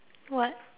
what